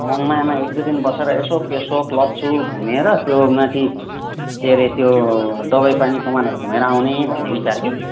मङमायामा एक दुई दिन बसेर यसो पेसोक लप्चू घुमेर त्यो माथि के अरे त्यो दबाईपानी कमानहरू घुमेर आउने भन्ने विचार कि